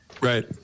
Right